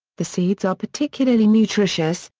the seeds are particularly nutritious,